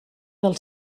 del